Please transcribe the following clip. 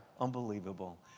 Unbelievable